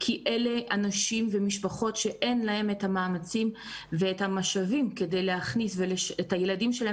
כי אלה אנשים ומשפחות שאין להם את המשאבים כדי להכניס את הילדים שלהם